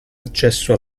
accesso